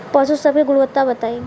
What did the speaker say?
पशु सब के गुणवत्ता बताई?